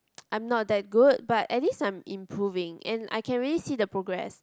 I'm not that good but at least I'm improving and I can really see the progress